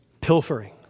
Pilfering